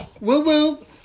Woo-woo